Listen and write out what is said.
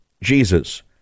Jesus